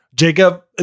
Jacob